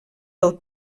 del